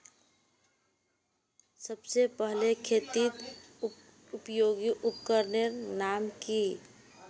सबसे पहले खेतीत उपयोगी उपकरनेर नाम की?